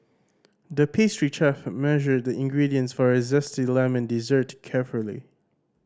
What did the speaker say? the pastry chef measured the ingredients for a zesty lemon dessert carefully